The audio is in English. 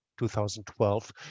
2012